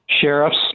sheriffs